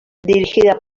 dirigida